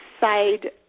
side